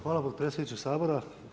Hvala potpredsjedniče Sabora.